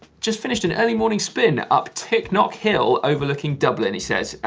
just finished an early morning spin up tiknock hill overlooking dublin, he says.